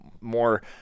more